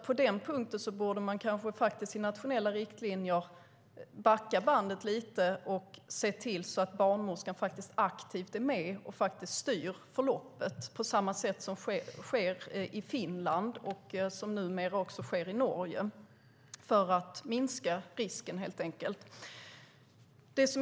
På den punkten borde man i nationella riktlinjer backa bandet lite och se till så att barnmorskan aktivt är med och styr förloppet, på samma sätt som sker i Finland och som numera också sker i Norge, för att minska riskerna.